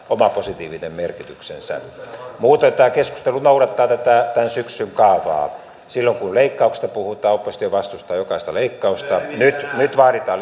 oma positiivinen merkityksensä muuten tämä keskustelu noudattaa tätä tämän syksyn kaavaa silloin kun leikkauksista puhutaan oppositio vastustaa jokaista leikkausta nyt nyt vaaditaan